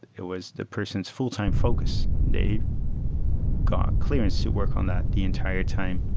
it was the person's full-time focus. they got clearance to work on that the entire time.